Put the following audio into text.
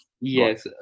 yes